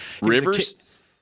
Rivers